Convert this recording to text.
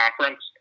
conference